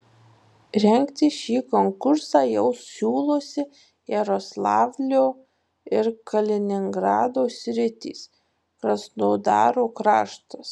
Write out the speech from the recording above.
rengti šį konkursą jau siūlosi jaroslavlio ir kaliningrado sritys krasnodaro kraštas